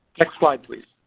next slide please.